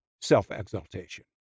Self-Exaltation